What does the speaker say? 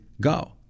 go